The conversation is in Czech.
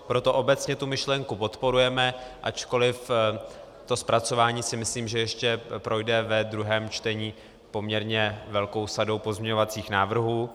Proto obecně tu myšlenku podporujeme, ačkoliv to zpracování si myslím, že ještě projde ve druhém čtení poměrně velkou sadou pozměňovacích návrhů.